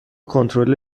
کنترل